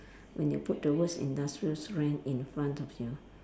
when you put the words industrial strength in front of you